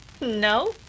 No